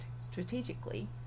strategically